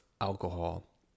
alcohol